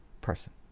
person